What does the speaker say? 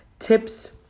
tips